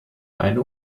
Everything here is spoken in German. eine